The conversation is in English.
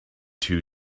two